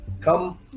Come